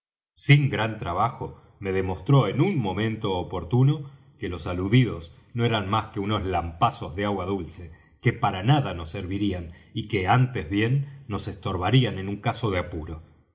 sin gran trabajo me demostró en un momento oportuno que los aludidos no eran más que unos lampazos de agua dulce que para nada nos servirían y que antes bien nos estorbarían en un caso de apuro